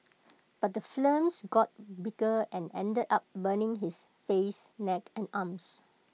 but the flames got bigger and ended up burning his face neck and arms